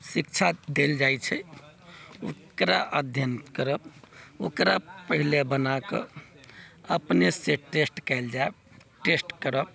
शिक्षा देल जाइ छै ओकरा अध्ययन करब ओकरा पहिने बना कऽ अपनेसँ टेस्ट कयल जाय टेस्ट करब